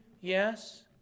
Yes